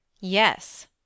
yes